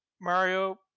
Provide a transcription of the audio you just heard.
Mario